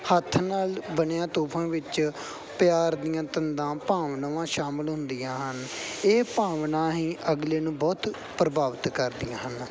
ਹੱਥ ਨਾਲ ਬਣਿਆ ਤੋਹਫ਼ਾ ਵਿੱਚ ਪਿਆਰ ਦੀਆਂ ਤੰਦਾਂ ਭਾਵਨਾਵਾਂ ਸ਼ਾਮਿਲ ਹੁੰਦੀਆਂ ਹਨ ਇਹ ਭਾਵਨਾ ਹੀ ਅਗਲੇ ਨੂੰ ਬਹੁਤ ਪ੍ਰਭਾਵਿਤ ਕਰਦੀਆਂ ਹਨ